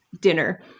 dinner